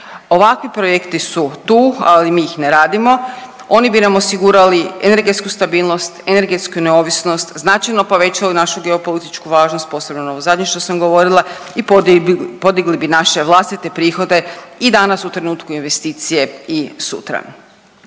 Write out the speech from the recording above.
Ovakvi projekti su tu, ali mi ih ne radimo, oni bi nam osigurali energetsku stabilnost, energetsku neovisnost, značajno povećali našu geopolitičku važnost, posebno ovo zadnje što sam govorila i podigli bi naše vlastite prihode i danas u trenutku investicije i sutra.